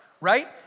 right